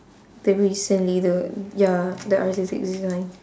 the recently the ya the one